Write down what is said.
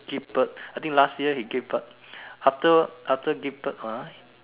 give birth I think last year he give birth after after give birth ah